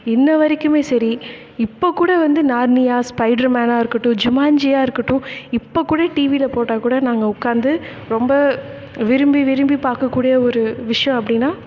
இன்று வரைக்குமே சரி இப்போ கூட வந்து நார்னியா ஸ்பைட்ருமேனாக இருக்கட்டும் ஜுமான்ஜியாக இருக்கட்டும் இப்போது கூட டிவியில் போட்டால் கூட நாங்கள் உட்காந்து ரொம்ப விரும்பி விரும்பி பார்க்கக்கூடிய ஒரு விஷயம் அப்படின்னா